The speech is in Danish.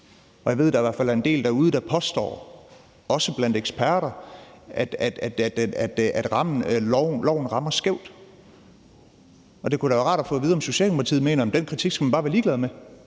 og jeg ved, at der i hvert fald er en del derude, der påstår – også blandt eksperter – at loven rammer skævt. Det kunne da være rart at få at vide, om Socialdemokratiet mener, at man bare skal være ligeglad med